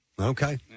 Okay